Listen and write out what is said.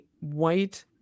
white